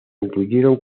incluyeron